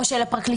או של הפרקליטות,